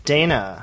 Dana